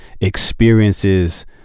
experiences